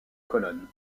colonnes